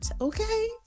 Okay